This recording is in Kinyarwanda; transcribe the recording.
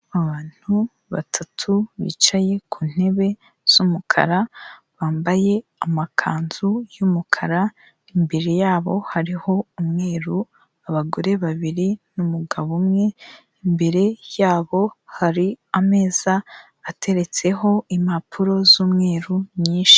Abantu batatu bicaye ku ntebe z'umukara; bambaye amakanzu y'umukara, imbere yabo hariho umweru, abagore babiri n'umugabo umwe, imbere yabo hari ameza ateretseho impapuro z'umweru nyinshi.